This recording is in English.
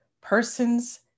persons